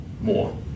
more